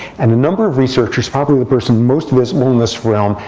and a number of researchers probably the person most visible in this realm,